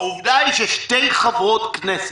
העובדה היא ששתי חברות כנסת,